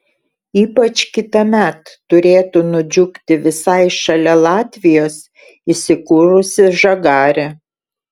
ypač kitąmet turėtų nudžiugti visai šalia latvijos įsikūrusi žagarė